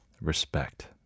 respect